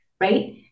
Right